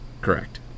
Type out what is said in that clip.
Correct